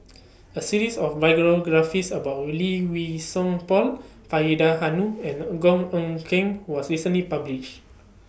A series of about Lee Wei Song Paul Faridah Hanum and Goh Eck Kheng was recently published